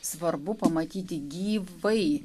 svarbu pamatyti gyvai